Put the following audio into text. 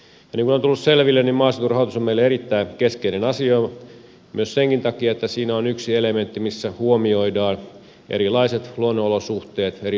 niin kuin on tullut selville maaseuturahoitus on meille erittäin keskeinen asia senkin takia että siinä on yksi elementti missä huomioidaan erilaiset luonnonolosuhteet eri puolilla eurooppaa